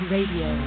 Radio